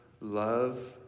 love